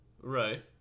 Right